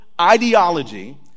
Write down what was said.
ideology